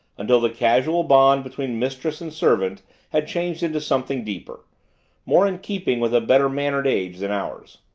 until the casual bond between mistress and servant had changed into something deeper more in keeping with a better-mannered age than ours.